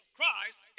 Christ